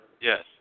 Yes